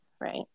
right